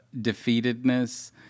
defeatedness